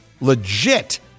Legit